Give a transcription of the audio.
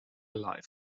life